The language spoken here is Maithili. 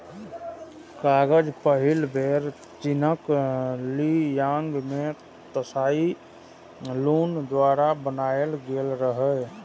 कागज पहिल बेर चीनक ली यांग मे त्साई लुन द्वारा बनाएल गेल रहै